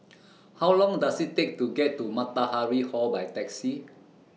How Long Does IT Take to get to Matahari Hall By Taxi